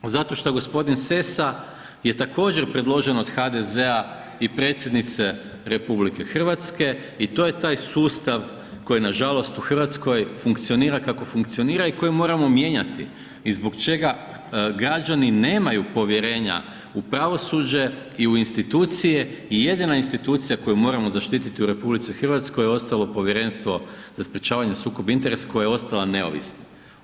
Zato što gospodin Sesa je također predložen od HDZ-a i predsjednice RH i to je taj sustav koji nažalost u Hrvatskoj funkcionira kako funkcionira i koji moramo mijenjati i zbog čega građani nemaju povjerenja u pravosuđe i u institucije i jedina institucija koju moramo zaštititi u RH je ostalo Povjerenstvo za sprječavanje sukoba interesa koje je ostalo neovisno.